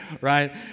right